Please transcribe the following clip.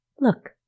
Look